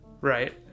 Right